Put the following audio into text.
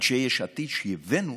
אנשי יש עתיד, כשהבאנו